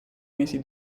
mesi